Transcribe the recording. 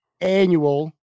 annual